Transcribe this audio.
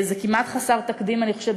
זה כמעט חסר תקדים, אני חושבת.